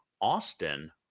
Austin